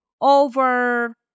over